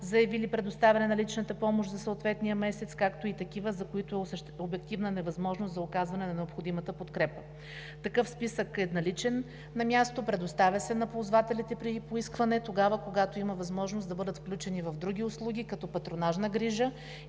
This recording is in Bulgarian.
заявили предоставяне на личната помощ за съответния месец, както и такива, за които има обективна невъзможност за оказване на необходимата подкрепа. Такъв списък е наличен на място, предоставя се на ползвателите при поискване тогава, когато има възможност да бъдат включени в други услуги – като патронажна грижа,